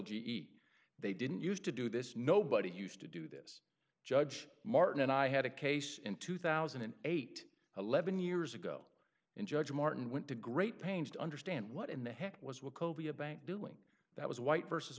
e they didn't used to do this nobody used to do this judge martin and i had a case in two thousand and eight eleven years ago in judge morton went to great pains to understand what in the heck was would be a bank doing that was white versus